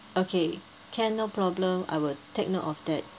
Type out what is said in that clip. okay can no problem I will take note of that